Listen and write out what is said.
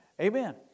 amen